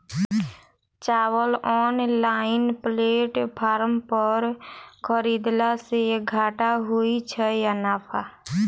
चावल online platform पर खरीदलासे घाटा होइ छै या नफा?